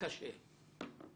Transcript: קשה,